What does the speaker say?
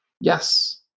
Yes